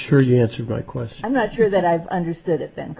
sure you answered my question i'm not sure that i've understood it then